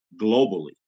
globally